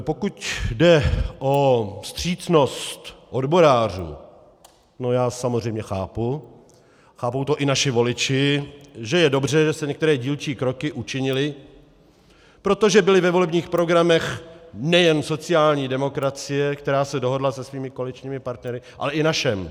Pokud jde o vstřícnost odborářů já samozřejmě chápu, chápou to i naši voliči, že je dobře, že se některé dílčí kroky učinily, protože byly ve volebních programech nejen sociální demokracie, která se dohodla se svými koaličními partnery, ale i v našem.